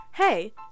Hey